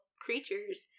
creatures